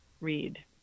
read